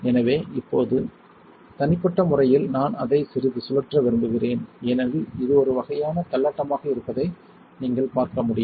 எனவே இப்போது தனிப்பட்ட முறையில் நான் அதை சிறிது சுழற்ற விரும்புகிறேன் ஏனெனில் இது ஒரு வகையான தள்ளாட்டமாக இருப்பதை நீங்கள் பார்க்க முடியும்